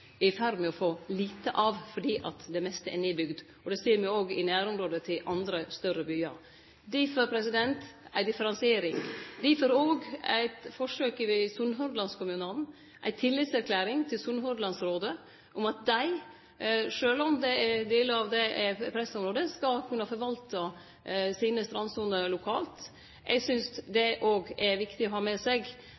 er i ferd med å få lite av fordi det meste er nedbygt. Det ser me òg i nærområda til andre større byar. Difor vart det ei differansiering, difor vart det òg eit forsøk i Sunnhordland-kommunane – ei tillitserklæring til Sunnhordlandsrådet – om at dei, sjølv om delar av det er pressområde, skal kunne forvalte sine strandsoner lokalt. Eg synest det